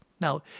Now